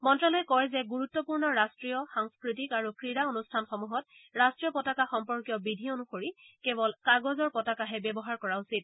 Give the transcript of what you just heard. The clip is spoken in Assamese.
মন্ত্যালয়ে কয় যে গুৰুত্পূৰ্ণ ৰাষ্ট্ৰীয় সাংস্থতিক আৰু ক্ৰীড়া অনুষ্ঠানসমূহত ৰাষ্ট্ৰীয় পতাকা সম্পৰ্কীয় বিধি অনুসৰি কেৱল কাগজৰ পতাকাহে ব্যৱহাৰ কৰা উচিত